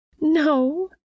No